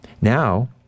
Now